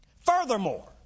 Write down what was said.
Furthermore